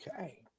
okay